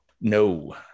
No